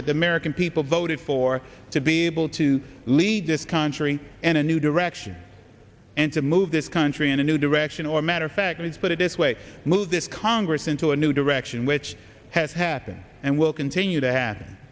that the american people voted for to be able to lead this country and a new direction and to move this country in a new direction or matter of fact it's put it its way move this congress into a new direction which has happened and will continue to happen